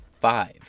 five